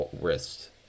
wrist